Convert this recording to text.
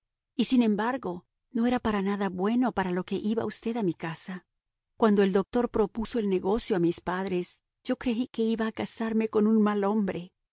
y sin embargo no era para nada bueno para lo que iba usted a mi casa cuando el doctor propuso el negocio a mis padres yo creí que iba a casarme con un mal hombre